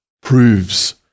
proves